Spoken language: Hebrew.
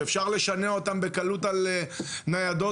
שאפשר לשנע אותם בקלות על ניידות,